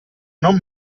non